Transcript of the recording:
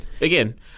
again